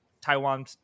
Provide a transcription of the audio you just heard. Taiwan